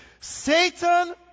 Satan